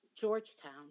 Georgetown